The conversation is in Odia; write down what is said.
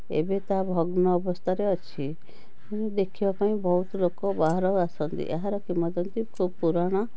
ଏବେ ତା ଭଗ୍ନ ଅବସ୍ଥାରେ ଅଛି ଦେଖିବାପାଇଁ ବହୁତ ଲୋକ ବାହାର ଆସନ୍ତି ଏହାର କିମ୍ବଦନ୍ତୀ ଖୁବ୍ ପୁରାଣା